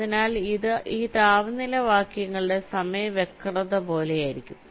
അതിനാൽ ഇത് ഈ താപനില വാക്യങ്ങളുടെ സമയ വക്രത പോലെയായിരിക്കും